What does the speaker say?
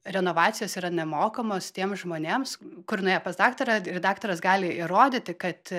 renovacijos yra nemokamos tiem žmonėms kur nuėjo pas daktarą ir daktaras gali įrodyti kad